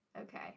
Okay